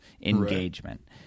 engagement